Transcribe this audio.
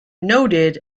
noted